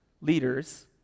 leaders